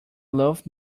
loaf